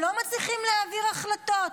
הם לא מצליחים להעביר החלטות.